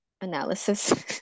analysis